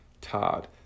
Todd